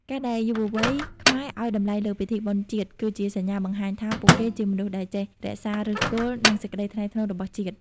ការដែលយុវវ័យខ្មែរឱ្យតម្លៃលើពិធីបុណ្យជាតិ គឺជាសញ្ញាបង្ហាញថាពួកគេជាមនុស្សដែលចេះរក្សា "ឫសគល់" និងសេចក្ដីថ្លៃថ្នូររបស់ជាតិ។